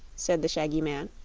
said the shaggy man.